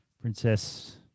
Princess –